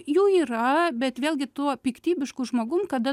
jų yra bet vėlgi tuo piktybišku žmogum kada